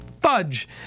Fudge